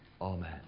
Amen